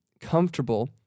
comfortable